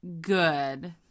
good